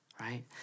right